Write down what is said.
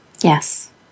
Yes